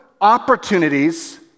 opportunities